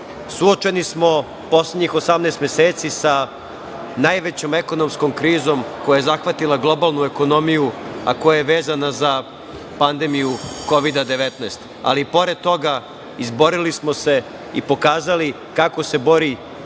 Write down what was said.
zarade. Suočeni smo poslednjih 18 meseci sa najvećom ekonomskom krizom koja je zahvatila globalnu ekonomiju, a koja je vezana za pandemiju Kovida 19, ali i pored toga izborili smo se i pokazali kako se bori i